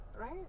Right